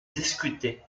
discutés